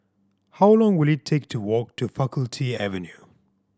how long will it take to walk to Faculty Avenue